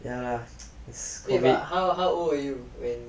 ya lah